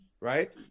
right